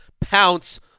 pounce